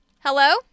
Hello